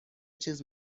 چیز